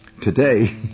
Today